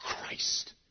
Christ